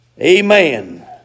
Amen